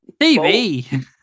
TV